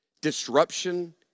Disruption